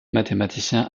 mathématicien